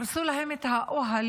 הרסו להם את האוהלים.